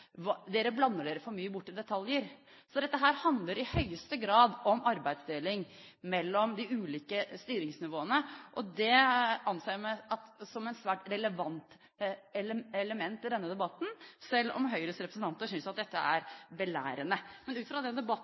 for mye borti detaljer». Så dette handler i høyeste grad om arbeidsdeling mellom de ulike styringsnivåene, og det anser jeg som et svært relevant element i denne debatten, selv om Høyres representanter synes at dette er belærende. Ut fra den debatten